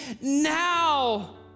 now